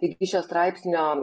taigi šio straipsnio